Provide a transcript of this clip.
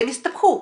והם יסתבכו.